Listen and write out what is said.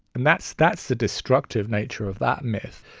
and that's that's the destructive nature of that myth.